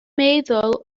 meddwl